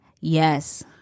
Yes